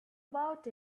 about